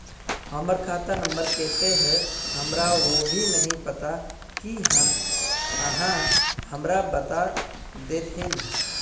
हमर खाता नम्बर केते है हमरा वो भी नहीं पता की आहाँ हमरा बता देतहिन?